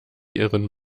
ihren